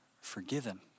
forgiven